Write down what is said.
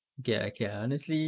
okay ah okay ah honestly